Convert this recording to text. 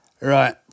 Right